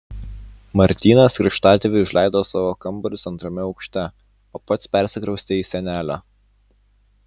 martynas krikštatėviui užleido savo kambarius antrame aukšte o pats persikraustė į senelio